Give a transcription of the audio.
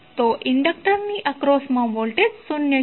તો ઇન્ડક્ટરની એક્રોસમા વોલ્ટેજ શૂન્ય હશે